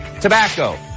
tobacco